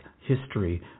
History